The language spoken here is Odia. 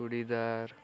ଚୁଡ଼ିଦାର